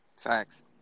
Facts